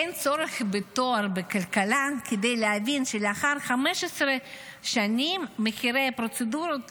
אין צורך בתואר בכלכלה כדי להבין שלאחר 15 שנים מחירי הפרוצדורות